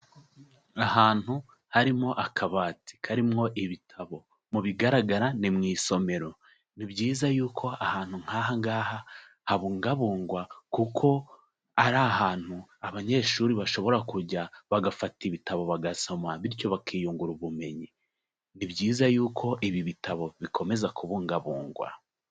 Ahantu harimo akabati karimo ibitabo, mu bigaragara ni mu isomero, ni byiza yuko ahantu nk'aha ngaha habungabungwa kuko ari ahantu abanyeshuri bashobora kujya bagafata ibitabo bagasoma bityo bakiyungura ubumenyi, ni byiza yuko ibi bitabo bikomeza kubungabungwa.